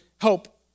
help